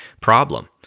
problem